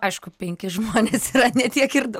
aišku penki žmonės yra ne tiek ir dau